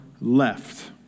left